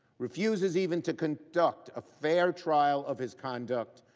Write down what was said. refuses even to conduct a fair trial of his conduct,